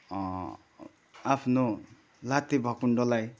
आफ्नो लाते भकुन्डोलाई